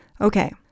Okay